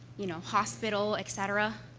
you know, hospital, et cetera.